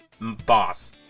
boss